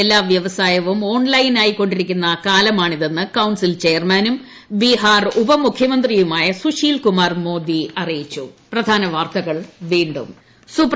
എല്ലാ വ്യവസായവും ഓൺലൈനായി കൊണ്ടിരിക്കുന്ന കാലമാണിതെന്ന് കൌൺസിൽ ചെയർമാനും ബീഹാർ ഉപമുഖ്യമന്ത്രിയുമായ സുശീൽ കുമാർ മോദി അറിയിച്ചു